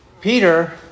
Peter